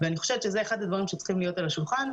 אני חושבת שזה אחד הדברים שצריכים להיות על השולחן,